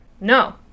no